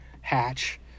hatch